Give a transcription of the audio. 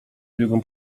zbiegłem